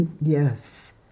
Yes